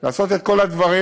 לעשות את כל הדברים.